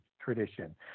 tradition